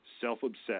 self-obsessed